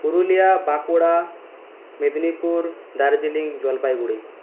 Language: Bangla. পুরুলিয়া বাঁকুড়া মেদিনীপুর দার্জিলিং জলপাইগুড়ি